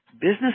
business